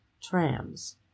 trams